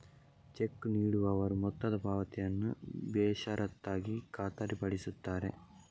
check ನೀಡುವವರು ಮೊತ್ತದ ಪಾವತಿಯನ್ನು ಬೇಷರತ್ತಾಗಿ ಖಾತರಿಪಡಿಸುತ್ತಾರೆ